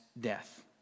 death